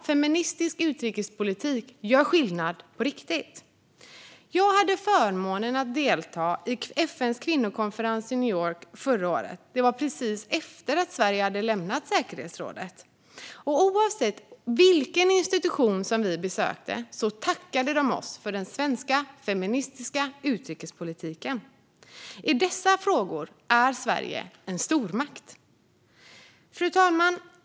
Feministisk utrikespolitik gör alltså skillnad på riktigt. Jag hade förmånen att delta i FN:s kvinnokonferens i New York förra året. Det var precis efter att Sverige hade lämnat säkerhetsrådet. Oavsett vilken institution som vi besökte tackade man oss för den svenska feministiska utrikespolitiken. I dessa frågor är Sverige en stormakt. Fru talman!